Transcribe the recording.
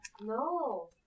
No